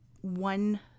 one